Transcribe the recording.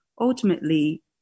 ultimately